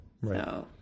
Right